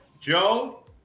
Joe